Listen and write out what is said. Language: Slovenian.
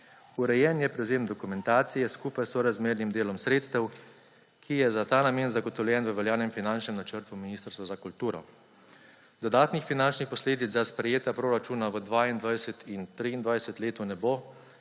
Urejen je prevzem dokumentacije skupaj s sorazmernim delom sredstvom, ki je za ta namen zagotovljen v veljavnem finančnem načrtu Ministrstva za kulturo. Dodatnih finančnih posledic za sprejeta proračuna v 22 in 23 letu ne bo, saj